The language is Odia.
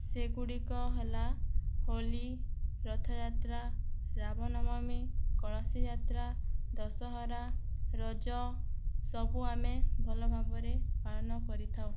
ସେଗୁଡ଼ିକ ହେଲା ହୋଲି ରଥଯାତ୍ରା ରାମନବମୀ କଳସୀଯାତ୍ରା ଦଶହରା ରଜ ସବୁଆମେ ଭଲ ଭାବରେ ପାଳନ କରିଥାଉ